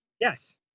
Yes